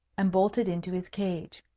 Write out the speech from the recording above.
and bolted into his cage.